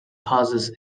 causes